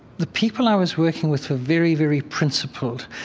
the people i was working with were very, very principled.